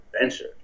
adventure